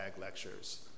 Lectures